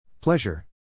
Pleasure